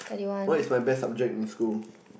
what is my best subject in school